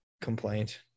complaint